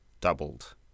Doubled